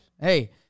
Hey